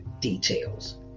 details